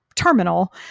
terminal